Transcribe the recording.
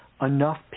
enough